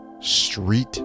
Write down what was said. street